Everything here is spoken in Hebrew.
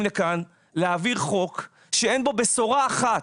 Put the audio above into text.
לכאן להעביר חוק שאין בו בשורה אחת,